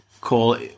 call